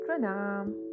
Pranam